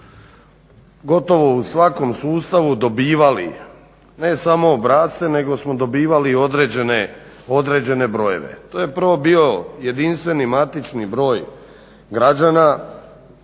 gotovo u svakom sustavu dobivali ne samo obrasce nego smo dobivali određene brojeve. To je prvo bio jedinstveni matični broj građana,